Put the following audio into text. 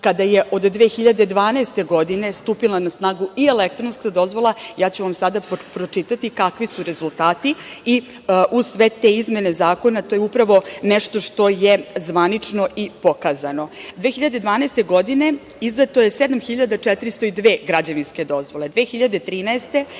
kada je od 2012. godine stupila na snagu i elektronska dozvola, ja ću vam sada pročitati kakvi su rezultati i uz sve te izmene zakona, to je upravo nešto što je zvanično i pokazano. Dakle, 2012. godine izdato je 7.402 građevinske dozvole,